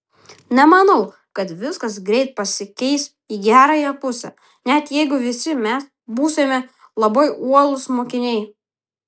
nemanau kad viskas greit pasikeis į gerąją pusę net jeigu visi mes būsime labai uolūs mokiniai